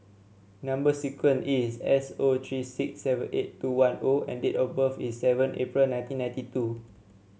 number sequence is S O three six seven eight two one O and date of birth is seven April nineteen ninety two